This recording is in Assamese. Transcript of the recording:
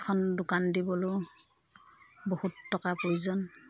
এখন দোকান দিবলৈও বহুত টকা প্ৰয়োজন